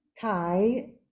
Kai